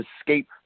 escape